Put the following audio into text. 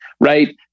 Right